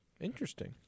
Interesting